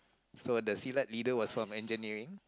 so the silat leader was from engineering